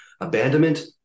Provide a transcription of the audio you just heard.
abandonment